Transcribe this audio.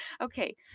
Okay